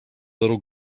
little